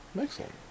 Excellent